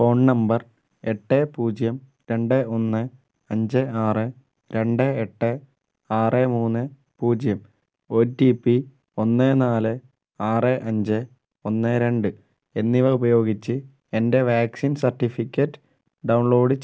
phone number എട്ട് പൂജ്യം രണ്ട് ഒന്ന് അഞ്ച് ആറ് രണ്ട് എട്ട് ആറ് മൂന്ന് പൂജ്യം ഒടിപി ഒന്ന് നാല് ആറ് അഞ്ച് ഒന്ന് രണ്ട് എന്നിവ ഉപയോഗിച്ച് എൻ്റെ വാക്സിൻ സർട്ടിഫിക്കറ്റ് ഡൗൺലോഡ് ചെയ്യുക